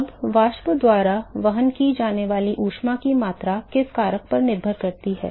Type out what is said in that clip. अब वाष्प द्वारा वहन की जाने वाली ऊष्मा की मात्रा किस कारक पर निर्भर करती है